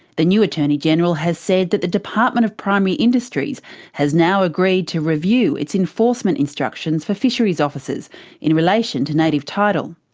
the new attorney general has said that the department of primary industries has now agreed to review its enforcement instructions for fisheries officers in relation to native title.